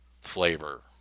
flavor